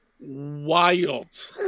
Wild